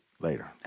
Later